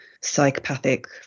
psychopathic